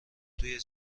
توی